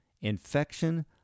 Infection